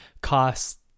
cost